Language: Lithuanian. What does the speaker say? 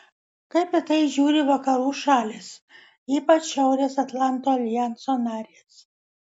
kaip į tai žiūri vakarų šalys ypač šiaurės atlanto aljanso narės